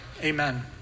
amen